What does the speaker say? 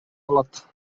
калат